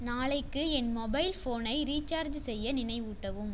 நாளைக்கு என் மொபைல் ஃபோனை ரீசார்ஜ் செய்ய நினைவூட்டவும்